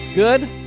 Good